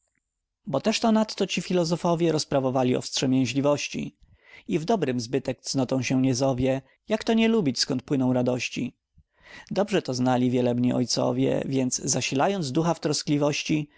bo teżto nadto ci filozofowie rozprawowali o wstrzemięzliwości i w dobrem zbytek cnotą się nie zowie jakto nie lubić skąd płyną radości dobrze to znali wielebni ojcowie więc zasilając ducha w troskliwości